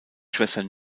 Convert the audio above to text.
schwester